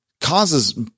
causes